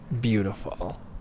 beautiful